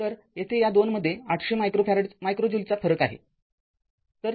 तर तेथे या २ मध्ये ८०० मायक्रो ज्यूलचा फरक आहे